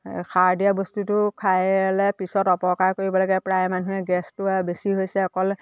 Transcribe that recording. সাৰ দিয়া বস্তুটো খাই ল'লে পিছত অপকাৰ কৰিব লাগে প্ৰায় মানুহে গেছটো আৰু বেছি হৈছে অকল